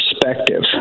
perspective